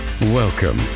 Welcome